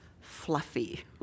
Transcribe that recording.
fluffy